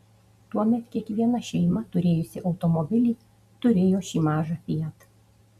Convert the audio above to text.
tuomet kiekviena šeima turėjusi automobilį turėjo šį mažą fiat